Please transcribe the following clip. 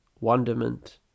wonderment